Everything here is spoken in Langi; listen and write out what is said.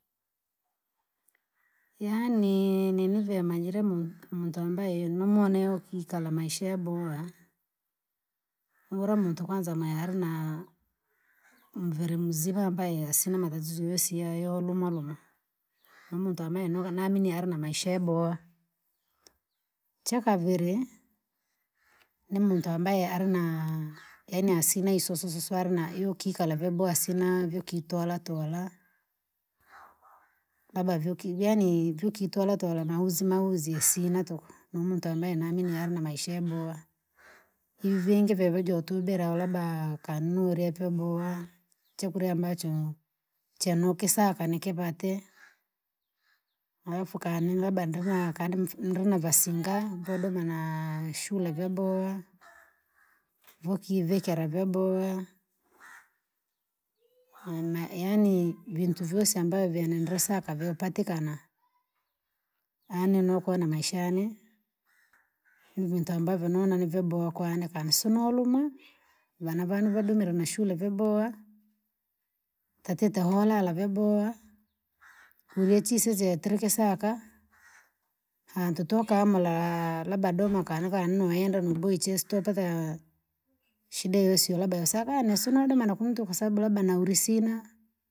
Yaani nimive yamanyire muntu muntu ambae numwone ukikala maisha yabowa, niyula muntu kwanza ma alina, muviri muzima ambaye asina matatizo yoyosi yayoluma luma. nimuntu ambae nuga naamini alinamaisha yabowa, chakaviri, nimuntu ambaye alina yaani asina isososo alina yukikala vyabowa sina viukitola tola, labda vyuki vyani vyukitola tola mauzima uzie sina tuku, numuntu ambae naamini alina maisha yabowa. ivi vingi vyove jotubela au labda kannule vyabowa, chakurya ambacho chanu kisaka nikipate alafu kani labda ndrimaka ndri mfi- ndrinavasinga vodoma naa- shule vyabowa, vokivikira vyabowa, nanma yaani vintu vyosa ambavyo nedra saka vyaupatikana, ani nokona maisha yane, nivintu ambavyo nona nivyabowa kwani kani sinauluma nana vandu vadumira nashule vyabowa. Tatite holala vyabowa nivechisese terekesaka, hantu tukamulaa labda doma kanu kanu nuenda nubwiche chesitotoka, shida yoyosi labda yasakane nisina udoma na kunu tuku kwasabu labda nauri sina.